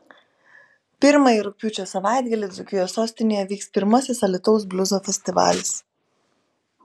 pirmąjį rugpjūčio savaitgalį dzūkijos sostinėje vyks pirmasis alytaus bliuzo festivalis